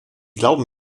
glauben